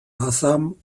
asam